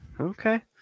Okay